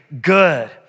good